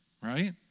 right